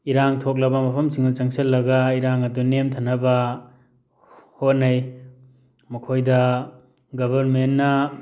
ꯏꯔꯥꯡ ꯊꯣꯛꯂꯕ ꯃꯐꯝꯁꯤꯡꯗ ꯆꯪꯁꯤꯜꯂꯒ ꯏꯔꯥꯡ ꯑꯗꯨ ꯅꯦꯝꯊꯅꯕ ꯍꯣꯠꯅꯩ ꯃꯈꯣꯏꯗ ꯒꯕꯔꯃꯦꯟꯅ